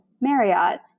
Marriott